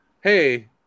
hey